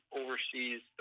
oversees